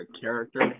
character